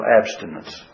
abstinence